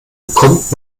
bekommt